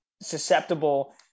susceptible